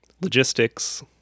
logistics